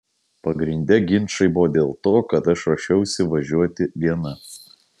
pagrinde ginčai buvo dėl to kad aš ruošiausi važiuoti viena